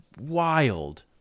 wild